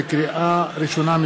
לקריאה ראשונה,